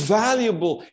valuable